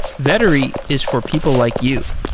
vettery is for people like you.